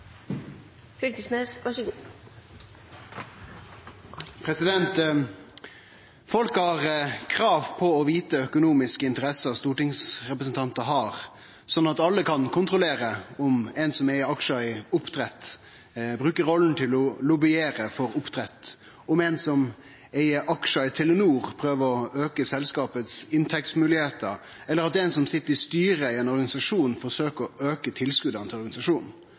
Folk har krav på å få vite om økonomiske interesser stortingsrepresentantar har, sånn at alle kan kontrollere om ein som eig aksjar i oppdrett, bruker rolla til å lobbyere for oppdrett, om ein som eig aksjar i Telenor, prøver å auke inntektsmoglegheitene til selskapet, eller om ein som sit i styret i ein organisasjon, forsøkjer å auke tilskota til